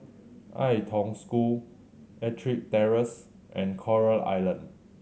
Ai Tong School Ettrick Terrace and Coral Island